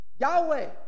Yahweh